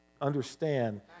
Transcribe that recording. understand